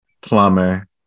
plumber